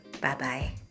Bye-bye